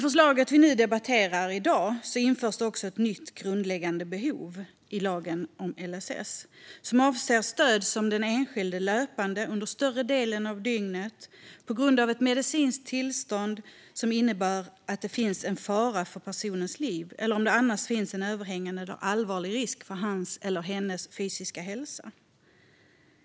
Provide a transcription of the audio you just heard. Förslaget vi debatterar i dag innehåller också ett nytt grundläggande behov i lagen om LSS som avser stöd som den enskilde behöver löpande under större delen av dygnet på grund av ett medicinskt tillstånd som innebär att det finns fara för personens liv eller att det annars finns en överhängande och allvarlig risk för hans eller hennes fysiska hälsa.